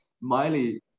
Miley